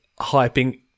hyping